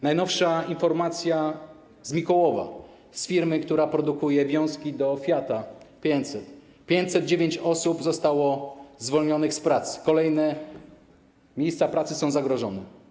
Najnowsza informacja z Mikołowa, z firmy, która produkuje wiązki do fiata 500: 509 osób zostało zwolnionych z pracy, kolejne miejsca pracy są zagrożone.